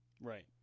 Right